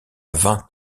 vingt